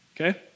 Okay